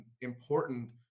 important